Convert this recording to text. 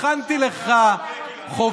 הכנתי לך חוברת.